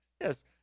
Yes